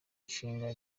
nshinga